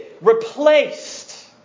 Replaced